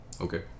Okay